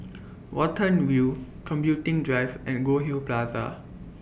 Watten View Computing Drive and Goldhill Plaza